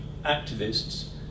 activists